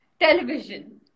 Television